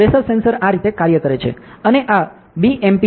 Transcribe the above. pressure sensor આ રીતે કાર્ય કરે છે